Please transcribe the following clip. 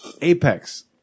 apex